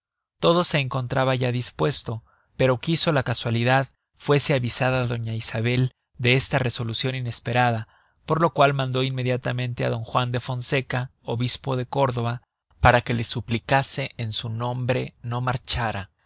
todo se encontraba ya dispuesto pero quiso la casualidad fuese avisada doña isabel de esta resolucion inesperada por lo cual mandó inmediatamente á don juan de fonseca obispo de córdoba para que la suplicase en su nombre no marchara